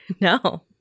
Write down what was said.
No